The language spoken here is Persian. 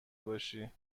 باشی